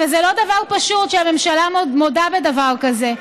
וזה לא דבר פשוט שהממשלה מודה בדבר כזה,